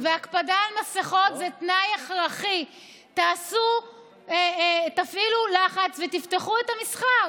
והקפדה על מסכות זה תנאי הכרחי תפעילו לחץ ותפתחו את המסחר.